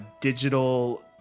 digital